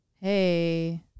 Hey